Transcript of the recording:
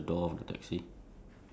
okay what um